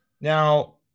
Now